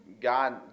God